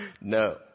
No